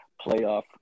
playoff